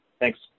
Thanks